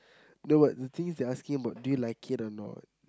no but the thing is they're asking about do you like it or not